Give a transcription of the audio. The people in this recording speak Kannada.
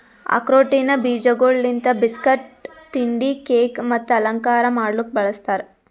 ಆಕ್ರೋಟಿನ ಬೀಜಗೊಳ್ ಲಿಂತ್ ಬಿಸ್ಕಟ್, ತಿಂಡಿ, ಕೇಕ್ ಮತ್ತ ಅಲಂಕಾರ ಮಾಡ್ಲುಕ್ ಬಳ್ಸತಾರ್